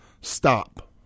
stop